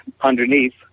underneath